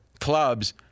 clubs